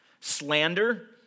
slander